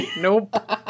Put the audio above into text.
nope